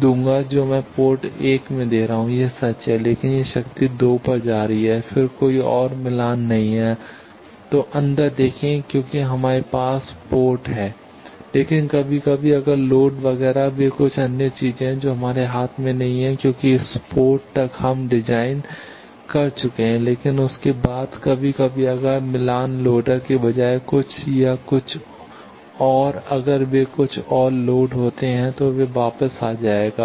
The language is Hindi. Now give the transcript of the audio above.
दूंगा जो मैं पोर्ट 1 में दे रहा हूं यह सच है लेकिन यह शक्ति 2 पर जा रही है और फिर यदि कोई मिलान नहीं है तो अंदर देखें क्योंकि हमारे पास पोर्ट हैं संदर्भ समय2841 लेकिन कभी कभी अगर लोड वगैरह वे कुछ अन्य चीजें हैं जो हमारे हाथ में नहीं हैं क्योंकि इस पोर्ट तक हम डिज़ाइन कर चुके हैं लेकिन उसके बाद कभी कभी अगर मिलान लोडर के बजाय कुछ या कुछ और अगर वे कुछ और लोड होते हैं तो यह वापस आ जाएगा